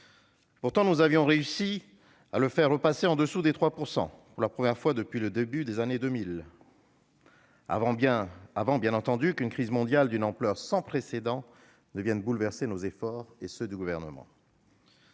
Pourtant, nous avions réussi à faire repasser le déficit public en dessous des 3 % pour la première fois depuis le début des années 2000, avant, bien entendu, qu'une crise mondiale d'une ampleur sans précédent ne vienne bouleverser nos efforts et ceux du Gouvernement.